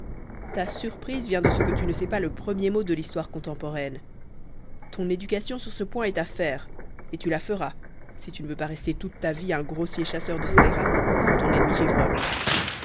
ta surprise vient de ce que tu ne sais pas le premier mot de l'histoire contemporaine ton éducation sur ce point est à faire et tu la feras si tu ne veux pas rester toute ta vie un grossier chasseur de scélérats comme ton ennemi